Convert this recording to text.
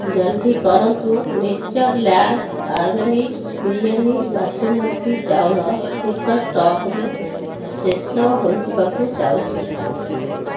ଜଲ୍ଦି କରନ୍ତୁ Natureland Organics biryani basmati ଚାଉଳ ଶୀଘ୍ର ଷ୍ଟକ୍ରୁ ଶେଷ ହୋଇଯିବାକୁ ଯାଉଛି